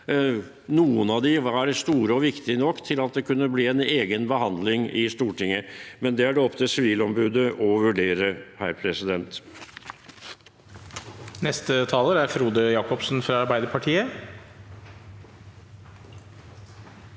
noen av dem var store og viktige nok til at det kunne bli en egen behandling i Stortinget. Det er det opp til Sivilombudet å vurdere.